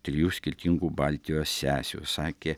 trijų skirtingų baltijos sesių sakė